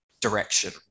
direction